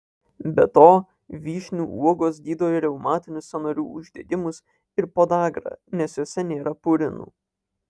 be to vyšnių uogos gydo reumatinius sąnarių uždegimus ir podagrą nes jose nėra purinų